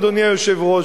אדוני היושב-ראש.